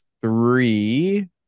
three